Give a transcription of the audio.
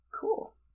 Cool